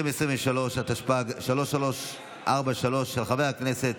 התשפ"ג 2023, 3343/25, של חבר הכנסת